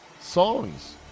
songs